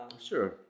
sure